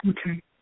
Okay